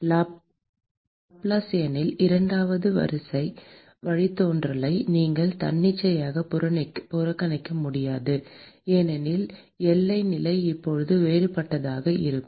லாப்லாசியனில் இரண்டாவது வரிசை வழித்தோன்றலை நீங்கள் தன்னிச்சையாக புறக்கணிக்க முடியாது ஏனெனில் எல்லை நிலை இப்போது வேறுபட்டதாக இருக்கும்